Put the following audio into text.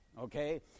okay